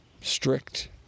strict